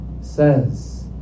says